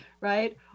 right